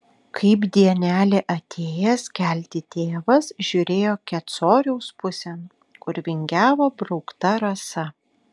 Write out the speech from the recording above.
kaip dienelė atėjęs kelti tėvas žiūrėjo kecoriaus pusėn kur vingiavo braukta rasa